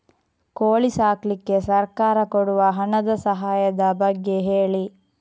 ಕೋಳಿ ಸಾಕ್ಲಿಕ್ಕೆ ಸರ್ಕಾರ ಕೊಡುವ ಹಣದ ಸಹಾಯದ ಬಗ್ಗೆ ಹೇಳಿ